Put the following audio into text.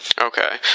Okay